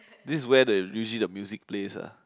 this is where the usually the music playlist lah